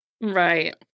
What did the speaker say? Right